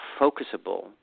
focusable